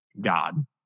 God